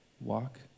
walk